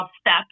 step